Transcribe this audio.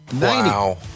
Wow